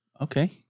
Okay